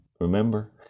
Remember